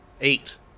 Eight